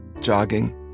jogging